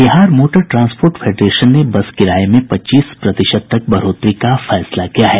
Bihar motor transport federation ने bus किराये में पच्चीस प्रतिशत तक बढ़ोतरी का फैसला किया है